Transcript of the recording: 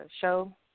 show